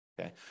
Okay